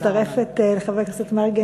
אני מצטרפת לחבר הכנסת מרגי.